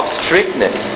strictness